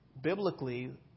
Biblically